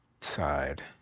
Side